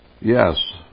yes